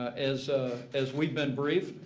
as as we've been briefed,